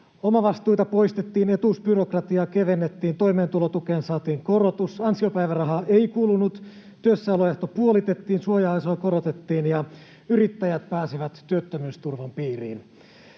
Omavastuita poistettiin, etuusbyrokratiaa kevennettiin, toimeentulotukeen saatiin korotus, ansiopäivärahaa ei kulunut, työssäoloehto puolitettiin, suojaosaa korotettiin ja yrittäjät pääsivät työttömyysturvan piiriin.